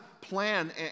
plan